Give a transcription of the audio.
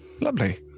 lovely